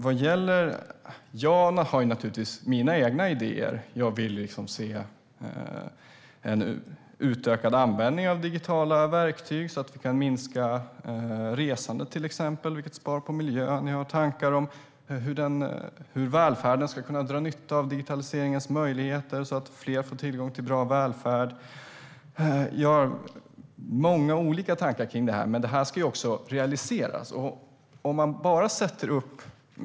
Jag har naturligtvis mina egna idéer. Jag vill se en utökad användning av digitala verktyg så att vi till exempel kan minska resandet, vilket sparar på miljön. Jag har tankar om hur välfärden ska kunna dra nytta av digitaliseringens möjligheter så att fler får tillgång till bra välfärd. Jag har många olika tankar kring detta, men de ska också realiseras.